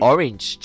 Orange